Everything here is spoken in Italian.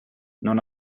non